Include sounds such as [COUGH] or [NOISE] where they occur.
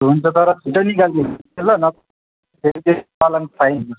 हुन्छ तर छिटो निकालिदिनु ल [UNINTELLIGIBLE] चलान फाइन